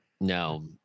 No